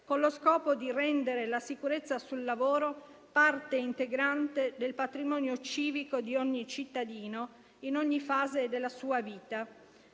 con lo scopo di rendere la sicurezza sul lavoro parte integrante del patrimonio civico di ogni cittadino in ogni fase della sua vita.